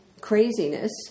craziness